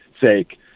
sake